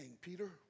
Peter